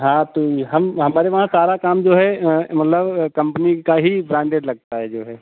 हाँ तो ई हम हमारे वहाँ सारा काम जो है आँ मतलब कम्पनी का ही ब्रांडेड लगता है जो है